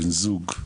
בן זוג,